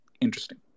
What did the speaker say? interesting